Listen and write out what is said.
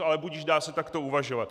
Ale budiž, dá se takto uvažovat.